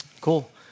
Cool